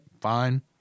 Fine